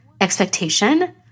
expectation